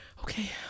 Okay